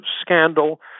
scandal